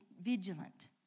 vigilant